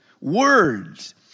words